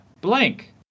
blank